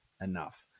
enough